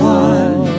one